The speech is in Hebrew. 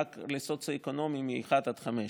לאשכולות סוציו-אקונומיים מ-1 עד 5,